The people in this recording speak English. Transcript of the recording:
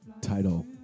title